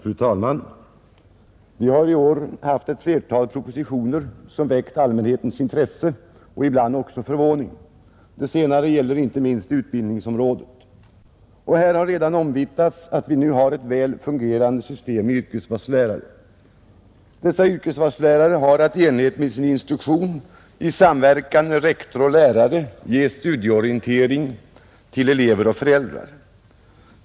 Fru talman! Vi har i år haft ett flertal propositioner som väckt allmänhetens intresse — och ibland också förvåning. Det senare gäller inte minst utbildningsområdet. Här har redan omvittnats att vi nu har ett väl fungerande system med yrkesvalslärare. Dessa yrkesvalslärare har att i enlighet med sin instruktion i samverkan med rektor och lärare ge studieorientering till elever och föräldrar.